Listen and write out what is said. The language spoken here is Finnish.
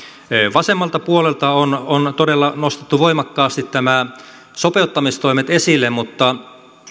vasemmalta puolelta on on todella nostettu voimakkaasti nämä sopeuttamistoimet esille mutta